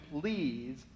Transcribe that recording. please